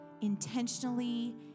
intentionally